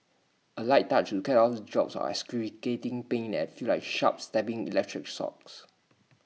A light touch we can off jolts of excruciating pain that feel like sharp stabbing electric shocks